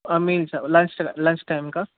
meals lunch lunch టైంకా